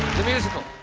the musical.